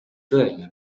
tõeline